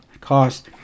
cost